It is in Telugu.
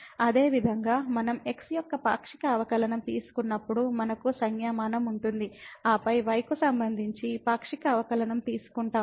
అదేవిధంగా మనం x యొక్క పాక్షిక అవకలనం తీసుకున్నప్పుడు మనకు సంజ్ఞామానం ఉంటుంది ఆపై y కు సంబంధించి పాక్షిక అవకలనం తీసుకుంటాము